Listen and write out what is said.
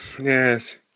Yes